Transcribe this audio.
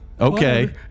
Okay